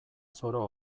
zoro